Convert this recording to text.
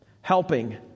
Helping